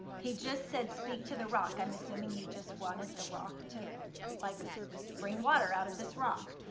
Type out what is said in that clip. he just said speak to the rock. i'm assuming he just wanted the rock to like bring water out of this rock.